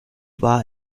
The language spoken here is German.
war